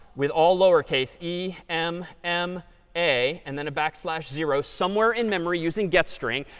with all lowercase e m m a and then a backslash zero, somewhere in memory using getstring,